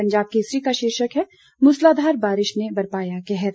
पंजाब केसरी का शीर्षक है मुसलाधार बारिश ने बरपाया कहर